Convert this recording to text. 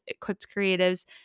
EquippedCreatives